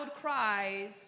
cries